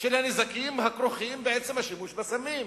של הנזקים הכרוכים בעצם השימוש בסמים.